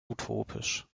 utopisch